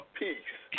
peace